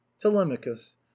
telemachus